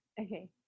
Okay